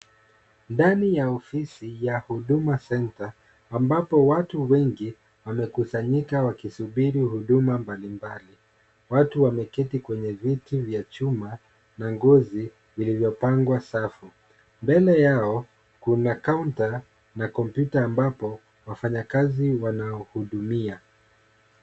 Ndani ya ofisi ya Huduma Center, ambapo watu wengi, wamekusanyika wakisubiri huduma mbalimbali. Watu wameketi kwenye viti vya chuma, na ngozi zilivyopangwa safu. Mbele yao, kuna counter na kompyuta ambapo wafanyakazi wanaohudumia.